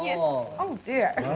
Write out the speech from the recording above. you know oh dear.